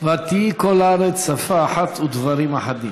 ותהי כל הארץ שפה אחת ודברים אחדים.